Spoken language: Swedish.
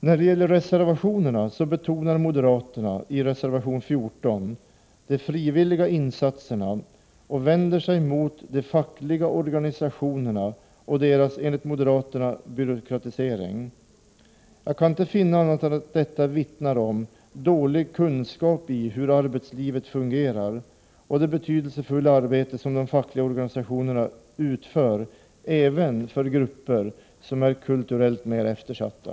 När det gäller reservationerna betonar moderaterna, i reservation 14, de frivilliga insatserna och vänder sig mot de fackliga organisationerna och deras — enligt moderaterna — byråkratisering. Jag kan inte finna annat än att detta vittnar om dålig kunskap om hur arbetslivet fungerar och om det betydelsefulla arbete som de fackliga organisationerna utför även för grupper som är kulturellt mer eftersatta.